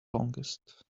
longest